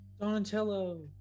Donatello